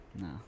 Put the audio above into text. No